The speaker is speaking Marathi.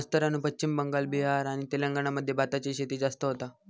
मास्तरानू पश्चिम बंगाल, बिहार आणि तेलंगणा मध्ये भाताची शेती जास्त होता